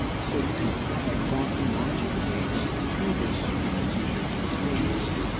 so you can apply quantum logic gates to this superposition of states,